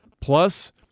Plus